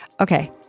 Okay